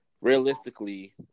realistically